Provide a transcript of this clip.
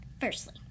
Firstly